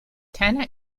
tanner